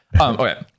Okay